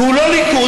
והוא לא ליכוד,